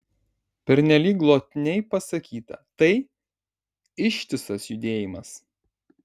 pernelyg glotniai pasakyta tai ištisas judėjimas